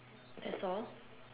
that's all